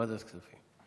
ועדת הכספים.